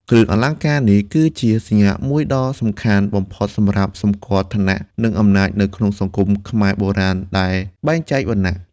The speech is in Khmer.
គ្រឿងអលង្ការគឺជាសញ្ញាមួយដ៏សំខាន់បំផុតសម្រាប់សម្គាល់ ឋានៈ និងអំណាច នៅក្នុងសង្គមខ្មែរបុរាណដែលបែងចែកវណ្ណៈ។